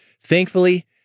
Thankfully